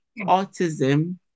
autism